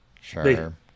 Sure